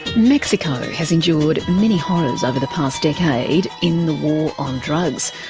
mexico has endured many horrors over the past decade in the war on drugs.